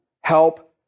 help